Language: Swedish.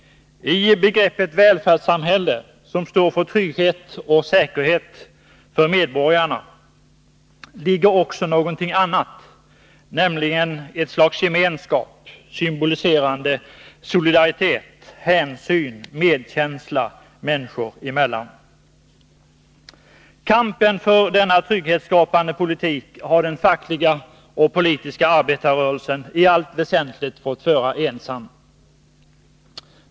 I begreppet välfärdssamhälle, som står för trygghet och säkerhet för medborgarna, ligger också någonting annat, nämligen ett slags gemenskap, symboliserande solidaritet, hänsyn och medkänsla människor emellan. Kampen för denna trygghetsskapande politik har den fackliga och politiska arbetarrörelsen i allt väsentligt fått föra ensam.